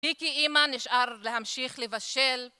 אני כאימא נשאר להמשיך לבשל.